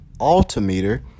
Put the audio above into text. altimeter